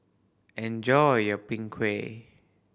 enjoy your Png Kueh